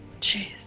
Jeez